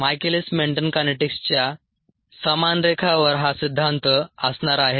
Michaelis Menten कायनेटिक्सच्या समान रेखावर हा सिद्धांत असणार आहे